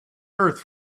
earth